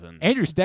Andrew